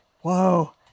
whoa